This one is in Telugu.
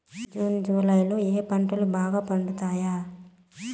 జూన్ జులై లో ఏ పంటలు బాగా పండుతాయా?